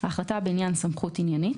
(2)החלטה בעניין סמכות עניינית,